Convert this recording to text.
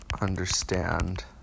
understand